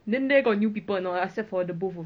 then there got new people not except for the both of you